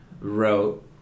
wrote